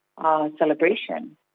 celebration